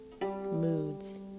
moods